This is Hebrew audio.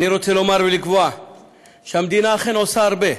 אני רוצה לומר ולקבוע שהמדינה אכן עושה הרבה,